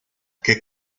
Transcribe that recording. que